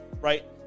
right